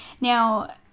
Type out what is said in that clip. now